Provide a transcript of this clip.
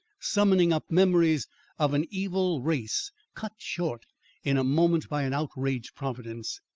summoning up memories of an evil race cut short in a moment by an outraged providence,